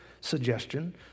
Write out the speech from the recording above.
suggestion